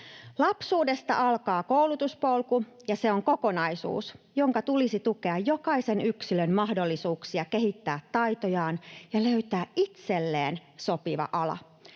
Lapsuudesta alkaa koulutuspolku, ja se on kokonaisuus, jonka tulisi tukea jokaisen yksilön mahdollisuuksia kehittää taitojaan ja löytää itselleen sopiva ala.